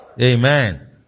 Amen